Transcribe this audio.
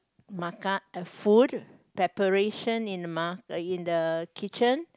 makan a food preparation in the mar~ eh in the kitchen